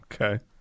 Okay